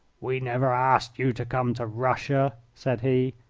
we never asked you to come to russia, said he.